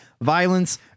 violence